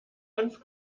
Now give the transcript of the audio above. hanf